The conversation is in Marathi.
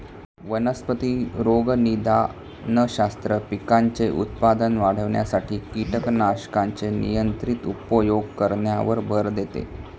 वनस्पती रोगनिदानशास्त्र, पिकांचे उत्पादन वाढविण्यासाठी कीटकनाशकांचे नियंत्रित उपयोग करण्यावर भर देतं